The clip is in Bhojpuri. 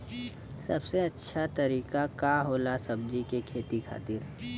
सबसे अच्छा तरीका का होला सब्जी के खेती खातिर?